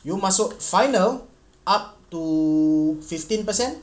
you masuk final up to fifteen percent